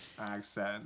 accent